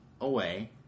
away